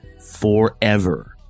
Forever